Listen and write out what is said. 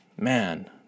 Man